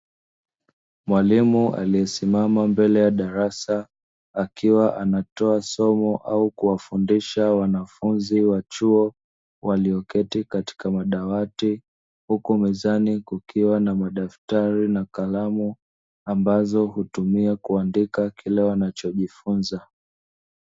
Mwalimu aliyesimama mbele ya darasa akiwa anatoa somo au kuwafundisha wanafunzi wachuo, walioketi katika madawati huku mezani kukiwa na madaftari na kalamu ambazo hutumia kuandika kile wanachojifunza.